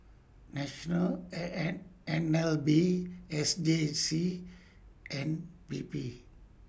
National N N N L B S J C and P P